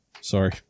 Sorry